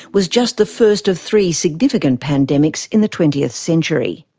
was just the first of three significant pandemics in the twentieth century.